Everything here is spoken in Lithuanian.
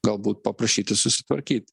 galbūt paprašyti susitvarkyt